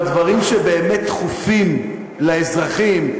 בדברים שבאמת דחופים לאזרחים,